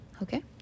Okay